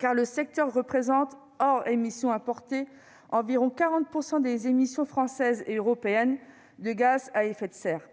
ce secteur représente, hors émissions importées, environ 40 % des émissions françaises et européennes de gaz à effet de serre.